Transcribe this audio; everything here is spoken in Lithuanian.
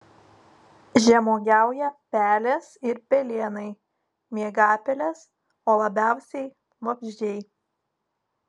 žemuogiauja pelės ir pelėnai miegapelės o labiausiai vabzdžiai